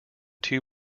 two